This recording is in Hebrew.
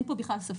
אין פה בכלל ספק.